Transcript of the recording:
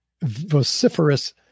vociferous